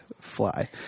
fly